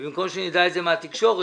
במקום שנדע את זה מהתקשורת,